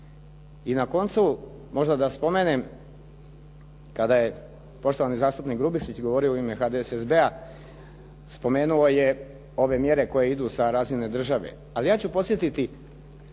I na koncu možda da spomenem, kada je poštovani zastupnik Grubišić govorio u ime HDSSB-a, spomenuo je ove mjere koje idu sa razine države, ali ja ću podsjetiti